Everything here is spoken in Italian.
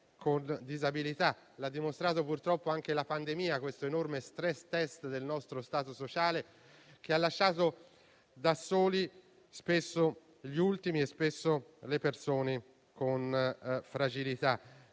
con disabilità. L'ha dimostrato purtroppo anche la pandemia, questo enorme *stress test* del nostro Stato sociale, che ha lasciato spesso da soli gli ultimi e le persone con fragilità.